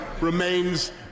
remains